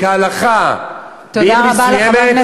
תודה רבה.